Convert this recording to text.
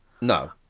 No